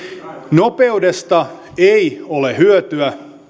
nopeudesta ei ole hyötyä